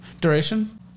Duration